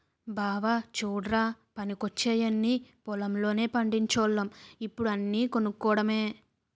బావా చుడ్రా పనికొచ్చేయన్నీ పొలం లోనే పండిచోల్లం ఇప్పుడు అన్నీ కొనుక్కోడమే